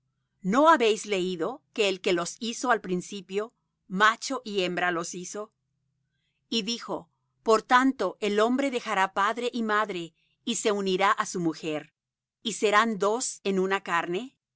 no habéis leído que el que los hizo al principio macho y hembra los hizo y dijo por tanto el hombre dejará padre y madre y se unirá á su mujer y serán dos en una carne